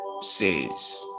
says